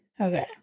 Okay